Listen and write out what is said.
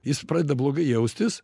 jis pradeda blogai jaustis